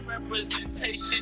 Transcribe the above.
representation